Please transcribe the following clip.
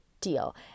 deal